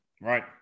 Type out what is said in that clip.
right